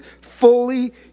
fully